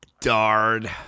darn